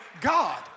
God